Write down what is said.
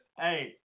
hey